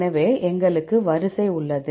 எனவே எங்களுக்கு வரிசை உள்ளது